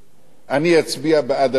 אני אצביע בעד הממשלה הזאת.